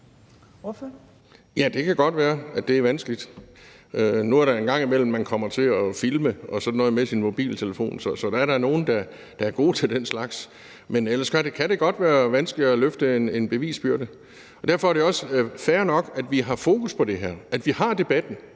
Ja, det kan godt være, at det er vanskeligt. Nu er det en gang imellem sådan, at man kommer til at filme og sådan noget med sin mobiltelefon, så der er da nogle, der er gode til den slags. Men ellers kan det godt være vanskeligt at løfte en bevisbyrde, og derfor er det også fair nok, at vi har fokus på det her, at vi har debatten.